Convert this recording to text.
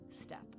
step